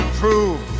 prove